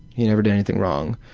he never did anything wrong.